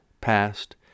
past